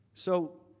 so,